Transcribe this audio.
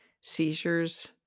seizures